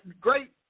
great